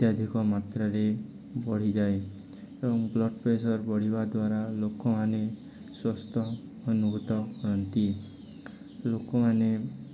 ଅତ୍ୟାଧିକ ମାତ୍ରାରେ ବଢ଼ିଯାଏ ଏବଂ ବ୍ଲଡ଼ ପ୍ରେସର୍ ବଢ଼ିବା ଦ୍ୱାରା ଲୋକମାନେ ଅସ୍ୱସ୍ଥ ଅନୁଭୂତ କରନ୍ତି ଲୋକମାନେ